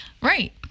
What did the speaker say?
Right